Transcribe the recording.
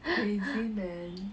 crazy man